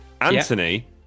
Anthony